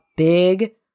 Big